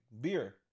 beer